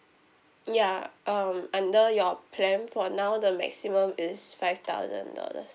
ya um under your plan for now the maximum is five thousand dollars